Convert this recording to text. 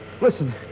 Listen